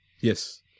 yes